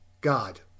God